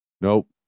Nope